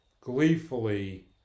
gleefully